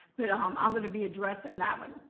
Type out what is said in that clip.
but um i'm gonna be addressing that one.